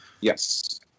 Yes